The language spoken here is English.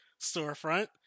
storefront